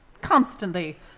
constantly